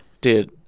Dude